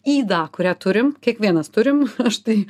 ydą kurią turim kiekvienas turim štai